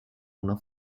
una